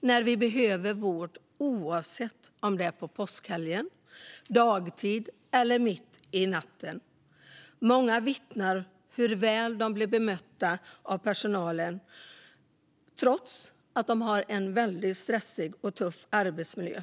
när vi behöver vård, oavsett om det är under påskhelgen, dagtid eller mitt i natten. Många vittnar om hur väl de blir bemötta av personalen trots att dessa har en väldigt stressig och tuff arbetsmiljö.